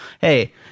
Hey